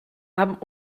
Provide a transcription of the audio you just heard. haben